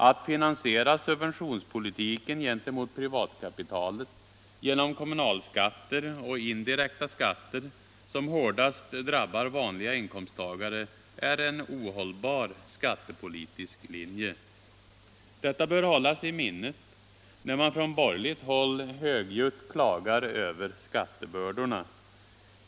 Att finansiera subventionspolitiken gentemot privatkapitalet genom kommunalskatter och indirekta skatter, som hårdast drabbar vanliga inkomsttagare, är en ohållbar skattepolitisk linje. Detta bör hållas i minnet när man från borgerligt håll högljutt klagar över skattebördorna.